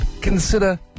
consider